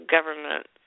Government